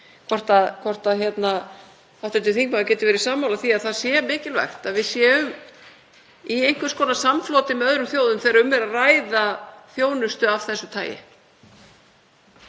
hvort hv. þingmaður geti verið sammála því að það sé mikilvægt að við séum í einhvers konar samfloti með öðrum þjóðum þegar um er að ræða þjónustu af þessu tagi.